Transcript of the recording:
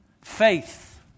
Faith